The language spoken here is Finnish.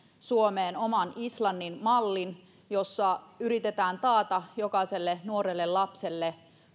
suomeen oman islannin mallin jossa yritetään taata jokaiselle nuorelle ja lapselle